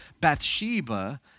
Bathsheba